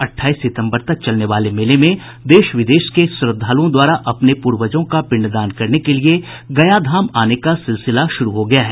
अठाईस सितम्बर तक चलने वाले मेले में देश विदेश के श्रद्धालुओं द्वारा अपने पूर्वजों का पिंडदान करने के लिये गया धाम आने का सिलसिला शुरू हो गया है